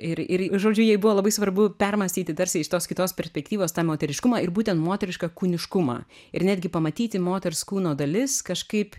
ir ir žodžiu jai buvo labai svarbu permąstyti tarsi iš tos kitos perspektyvos tą moteriškumą ir būtent moterišką kūniškumą ir netgi pamatyti moters kūno dalis kažkaip